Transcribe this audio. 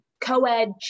co-ed